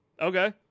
okay